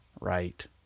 right